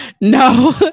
No